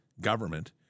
government